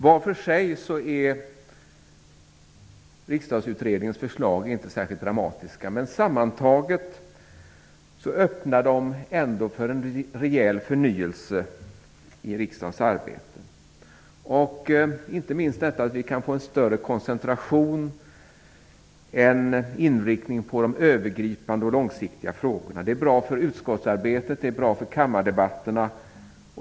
Var för sig är Riksdagsutredningens förslag inte särskilt dramatiska, men sammantaget öppnar de ändå för en rejäl förnyelse av riksdagens arbete. Inte minst kan det bli en större koncentration och bättre inriktning på de övergripande och långsiktiga frågorna. Det är bra för utskottsarbetet, och det är bra för kammardebatterna.